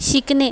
शिकणे